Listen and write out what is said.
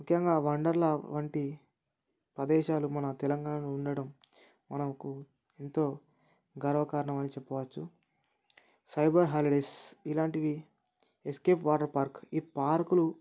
ముఖ్యంగా వండర్లా వంటి ప్రదేశాలు మన తెలంగాణలో ఉండడం మనకు ఎంతో గర్వ కారణం అని చెప్పవచ్చు సైబర్ హాలిడేస్ ఇలాంటివి ఎస్కేప్ వాటర్ పార్క్ ఈ పార్క్లు